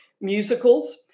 musicals